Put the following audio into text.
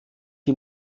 die